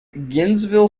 gainesville